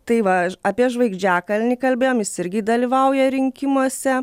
tai va aš apie žvaigždžiakalnį kalbėjom jis irgi dalyvauja rinkimuose